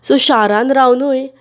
so शारांन रावनुय